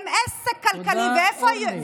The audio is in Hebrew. הם עסק כלכלי, תודה, אורלי.